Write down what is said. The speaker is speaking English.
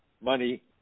money